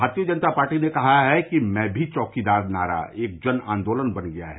भारतीय जनता पार्टी ने कहा है कि मैं भी चौकीदार नारा एक जन आंदोलन बन गया है